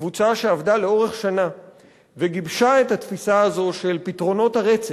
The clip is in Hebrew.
קבוצה שעבדה לאורך שנה וגיבשה את התפיסה הזו של פתרונות הרצף,